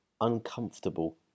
uncomfortable